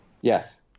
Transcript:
Yes